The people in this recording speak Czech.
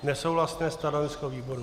Nesouhlasné stanovisko výboru.